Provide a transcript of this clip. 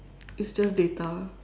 it's just data